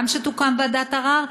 גם שתוקם ועדת ערר,